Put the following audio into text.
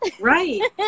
Right